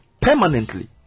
permanently